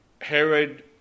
Herod